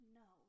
no